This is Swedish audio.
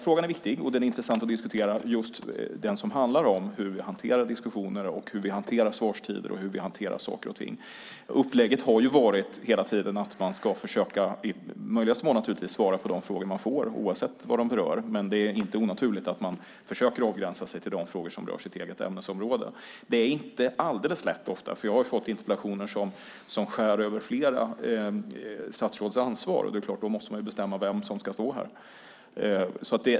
Frågan är viktig och intressant att diskutera. Det handlar om hur vi hanterar diskussioner, svarstider och andra saker och ting. Upplägget har hela tiden varit att man i möjligaste mån ska försöka svara på de frågor man får oavsett vad de berör. Men det är inte onaturligt att man försöker avgränsa sig till de frågor som rör ens eget ämnesområde. Det är ofta inte alldeles lätt. Jag har fått interpellationer som skär över flera statsråds ansvar. Då måste man förstås bestämma vem som ska stå här.